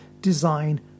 design